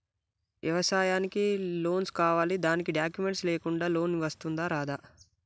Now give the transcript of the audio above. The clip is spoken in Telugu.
వ్యవసాయానికి లోన్స్ కావాలి దానికి డాక్యుమెంట్స్ లేకుండా లోన్ వస్తుందా రాదా?